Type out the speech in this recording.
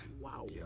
Wow